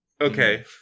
Okay